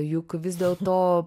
juk vis dėlto